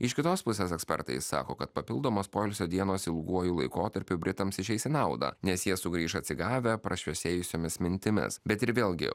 iš kitos pusės ekspertai sako kad papildomos poilsio dienos ilguoju laikotarpiu britams išeis į naudą nes jie sugrįš atsigavę prašviesėjusiomis mintimis bet ir vėlgi